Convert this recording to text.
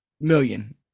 million